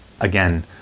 Again